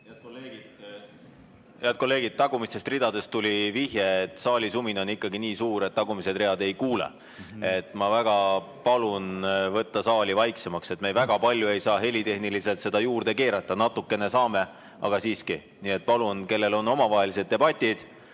Head kolleegid! Tagumistest ridadest tuli vihje, et saali sumin on ikkagi nii suur, et tagumised read ei kuule. Ma väga palun olla saalis vaiksemalt. Me väga palju ei saa helitehniliselt seda juurde keerata, natukene saame, aga siiski. Kellel on omavahelised debatid,